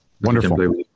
Wonderful